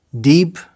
deep